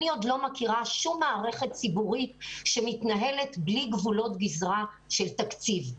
אני עוד לא מכירה שום מערכת ציבורית שמתנהלת בלי גבולות גזרה של תקציב.